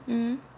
mm